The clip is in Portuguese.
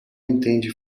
entende